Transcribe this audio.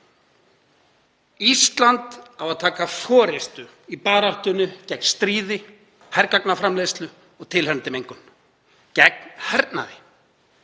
Ísland á að taka forystu í baráttunni gegn stríði, hergagnaframleiðslu og tilheyrandi mengun, gegn hernaði.